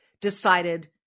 decided